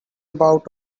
about